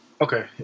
okay